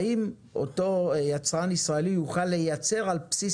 האם אותו יצרן ישראלי יוכל לייצר על בסיס